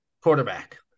quarterback